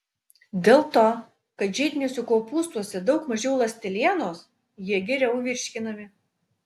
dėl to kad žiediniuose kopūstuose daug mažiau ląstelienos jie geriau virškinami